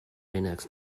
linux